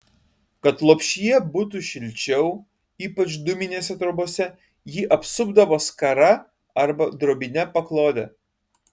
kad lopšyje būtų šilčiau ypač dūminėse trobose jį apsupdavo skara arba drobine paklode